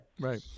Right